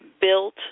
built